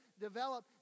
develop